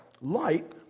light